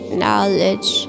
knowledge